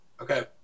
okay